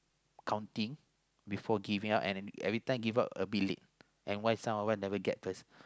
counting before giving out and every time give out a bit late and why some of us never get first